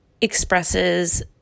expresses